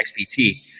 XPT